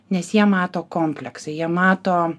nes jie mato kompleksą jie mato